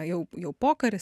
jau jau pokaris